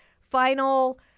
final